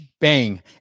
bang